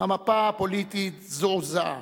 המפה הפוליטית זועזעה,